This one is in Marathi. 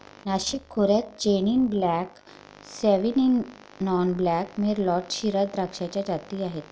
नाशिक खोऱ्यात chenin blanc, sauvignon blanc, merlot, shiraz द्राक्षाच्या जाती आहेत